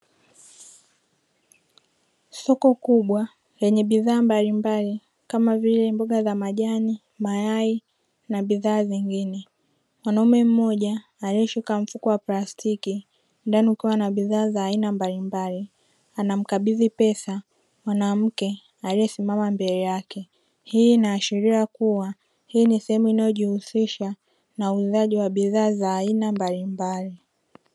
Soko kubwa lenye bidhaa mbalimbali kama vile: mboga za majani, mayai na bidhaa nyingine. Mwanaume mmoja aliye shika mfuko wa plastiki ndani kukiwa na bidhaa za aina mbalimbali, anamkabidhi pesa mwanamke aliyesimama mbele yake. Hii inaashiria kuwa hii ni sehemu inayojihusha na uuzaji wa bidhaa za mbalimbali.